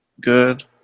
good